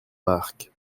marc